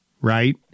right